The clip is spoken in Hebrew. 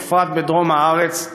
בפרט בדרום הארץ,